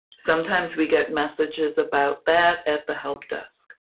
sometimes we get messages about that at the help desk.